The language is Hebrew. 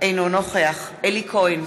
אינו נוכח אלי כהן,